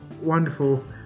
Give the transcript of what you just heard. Wonderful